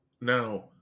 now